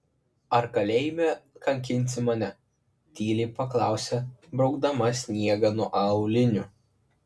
ar kalėjime kankinsi mane tyliai paklausė braukdama sniegą nuo aulinių